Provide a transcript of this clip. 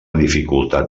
dificultat